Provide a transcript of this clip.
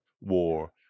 war